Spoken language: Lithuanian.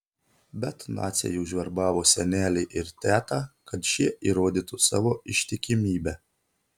bet naciai užverbavo senelį ir tetą kad šie įrodytų savo ištikimybę